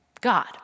God